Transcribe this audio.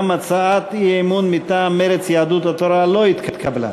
גם הצעת האי-אמון מטעם מרצ ויהדות התורה לא התקבלה.